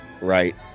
right